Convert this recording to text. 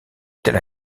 tel